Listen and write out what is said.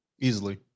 easily